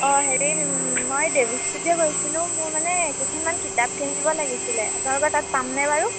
অঁ হেৰি মই দেৱীস্মৃতিয়ে কৈছিলোঁ মোৰ মানে কেইখনমান কিতাপ কিনিব লাগিছিলে আপোনালোকৰ তাত পামনে বাৰু